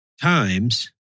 times